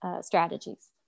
strategies